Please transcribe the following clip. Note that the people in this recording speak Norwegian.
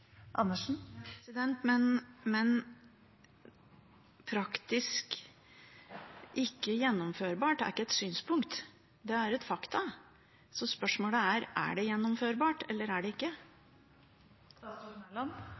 Men praktisk ikke gjennomførbart er ikke et synspunkt, det er et faktum. Så spørsmålet er: Er det gjennomførbart eller er det ikke?